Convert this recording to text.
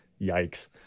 Yikes